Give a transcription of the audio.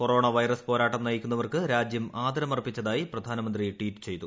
corona virus പോരാട്ടം നയിക്കുന്നവർക്ക് രാജ്യം ആദരമർപ്പിച്ചതായി പ്രധാനമന്ത്രി ട്വീറ്റ് ചെയ്തു